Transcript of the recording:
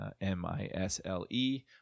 M-I-S-L-E